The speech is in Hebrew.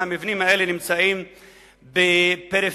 מהמבנים האלה נמצאים בפריפריה,